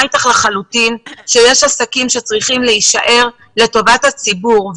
אתך שיש עסקים שצריכים להישאר לטובת הציבור.